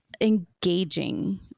engaging